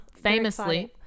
Famously